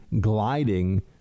gliding